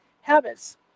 habits